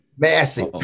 Massive